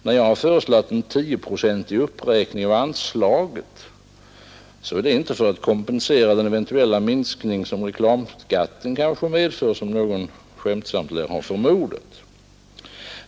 — När jag har föreslagit en 10-procentig uppräkning av anslaget är det inte för att kompensera den eventuella minskning som reklamskatten kanske medför, som någon skämtsamt lär ha förmodat.